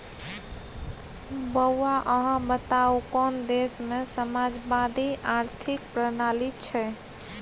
बौआ अहाँ बताउ कोन देशमे समाजवादी आर्थिक प्रणाली छै?